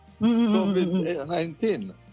COVID-19